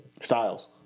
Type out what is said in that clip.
Styles